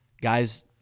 Guys